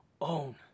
own